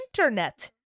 internet